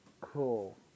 Cool